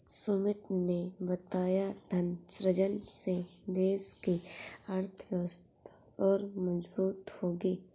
सुमित ने बताया धन सृजन से देश की अर्थव्यवस्था और मजबूत होगी